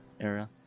era